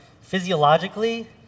physiologically